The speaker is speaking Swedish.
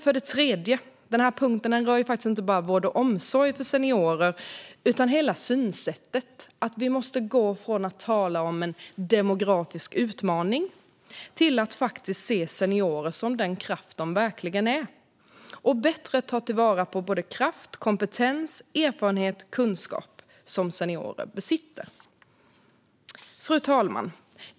För det tredje: Denna punkt rör inte bara vård och omsorg för seniorer utan hela synsättet, alltså att vi måste gå från att tala om en demografisk utmaning till att faktiskt se seniorer som den kraft som de verkligen är och bättre ta vara på kraft, kompetens, erfarenhet och kunskap som seniorer besitter. Fru talman!